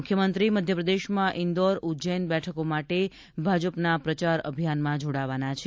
મુખ્યમંત્રી મધ્યપ્રદેશમાં ઇન્દોર ઉજૈન બેઠકો માટે ભાજપના પ્રચાર અભિયાનમાં જોડાવાના છે